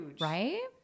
Right